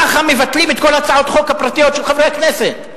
ככה מבטלים את כל הצעות החוק הפרטיות של חברי הכנסת.